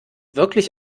wirklich